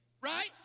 right